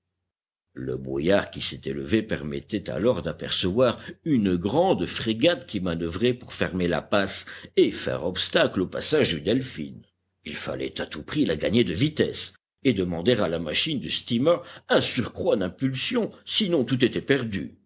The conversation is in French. le brouillard qui s'était levé permettait alors d'apercevoir une grande frégate qui manœuvrait pour fermer la passe et faire obstacle au passage du delphin il fallait à tout prix la gagner de vitesse et demander à la machine du steamer un surcroît d'impulsion sinon tout était perdu